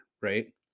right